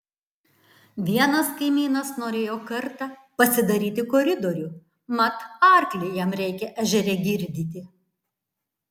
vienas kaimynas norėjo kartą pasidaryti koridorių mat arklį jam reikia ežere girdyti